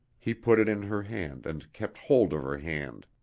he put it in her hand and kept hold of her hand.